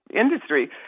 industry